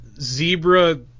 zebra